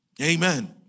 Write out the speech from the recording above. Amen